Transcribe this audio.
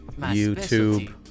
YouTube